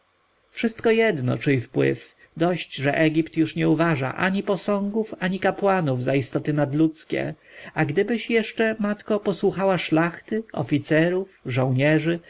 wszystko jedno czyj wpływ dość że egipt już nie uważa ani posągów ani kapłanów za istoty nadludzkie a gdybyś jeszcze matko posłuchała szlachty oficerów żołnierzy